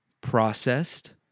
Processed